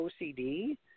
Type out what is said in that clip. OCD